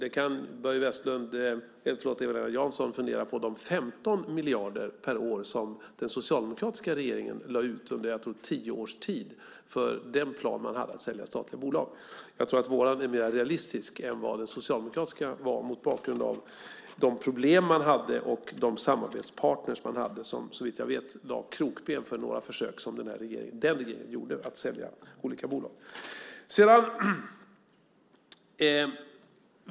Eva-Lena Jansson kan fundera på de 15 miljarder per år som den socialdemokratiska regeringen lade ut under tio års tid för den plan man hade att sälja statliga bolag. Jag tror att vår plan är mer realistisk än vad den socialdemokratiska var mot bakgrund av de problem och samarbetspartner man hade och som såvitt jag vet lade krokben för några försök som den regeringen gjorde att sälja olika bolag.